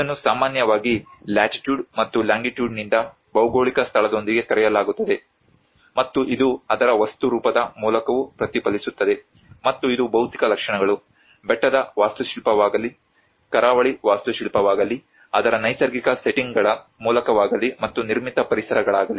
ಇದನ್ನು ಸಾಮಾನ್ಯವಾಗಿ ಲ್ಯಾಟಿಟುಡ್ ಮತ್ತು ಲಾಂಗಿಟುಡ್ನಿಂದ ಭೌಗೋಳಿಕ ಸ್ಥಳದೊಂದಿಗೆ ಕರೆಯಲಾಗುತ್ತದೆ ಮತ್ತು ಇದು ಅದರ ವಸ್ತು ರೂಪದ ಮೂಲಕವೂ ಪ್ರತಿಫಲಿಸುತ್ತದೆ ಮತ್ತು ಇದು ಭೌತಿಕ ಲಕ್ಷಣಗಳು ಬೆಟ್ಟದ ವಾಸ್ತುಶಿಲ್ಪವಾಗಲಿ ಕರಾವಳಿ ವಾಸ್ತುಶಿಲ್ಪವಾಗಲಿ ಅದರ ನೈಸರ್ಗಿಕ ಸೆಟ್ಟಿಂಗ್ಗಳ ಮೂಲಕವಾಗಲಿ ಮತ್ತು ನಿರ್ಮಿತ ಪರಿಸರಗಳಾಗಲಿ